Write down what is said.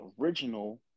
original